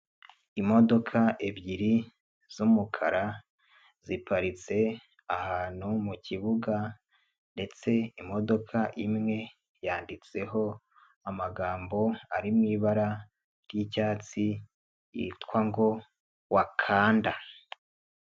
Imodoka ebyiri z'umukara, ziparitse ahantu mu kibuga ndetse imodoka imwe yanditseho amagambo ari mu ibara ry'icyatsi, yitwa ngo ''wakanda.''